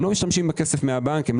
לא משתמשים בכסף מהבנק.